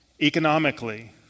economically